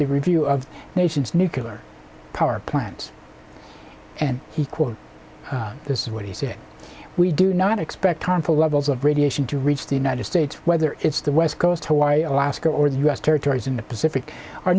a review of the nation's nuclear power plants and he quote this is what he said we do not expect harmful levels of radiation to reach the united states whether it's the west coast hawaii alaska or u s territories in the pacific our